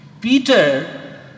Peter